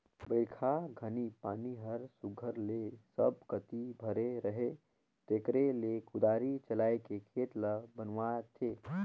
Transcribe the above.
बरिखा घनी पानी हर सुग्घर ले सब कती भरे रहें तेकरे ले कुदारी चलाएके खेत ल बनुवाथे